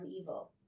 evil